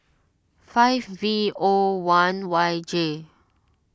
five V O one Y J